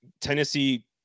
Tennessee